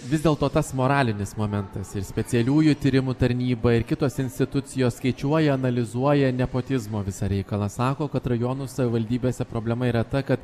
vis dėlto tas moralinis momentas ir specialiųjų tyrimų tarnyba ir kitos institucijos skaičiuoja analizuoja nepotizmo visą reikalą sako kad rajonų savivaldybėse problema yra ta kad